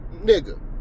nigga